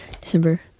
December